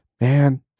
man—